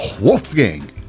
Wolfgang